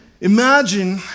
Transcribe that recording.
Imagine